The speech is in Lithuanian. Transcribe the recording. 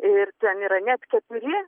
ir ten yra net keturi